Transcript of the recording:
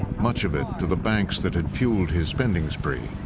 much of it to the banks that had fueled his spending spree.